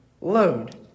load